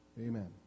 Amen